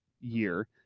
year